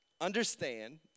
understand